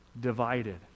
divided